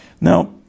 Now